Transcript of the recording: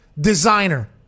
designer